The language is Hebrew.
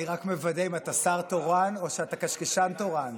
אני רק מוודא אם אתה שר תורן או שאתה קשקשן תורן.